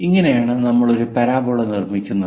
ഇങ്ങനെയാണ് നമ്മൾ ഒരു പരാബോള നിർമ്മിക്കുന്നത്